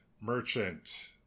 merchant